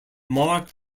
mark